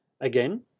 Again